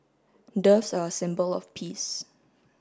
doves are a symbol of peace